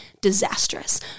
disastrous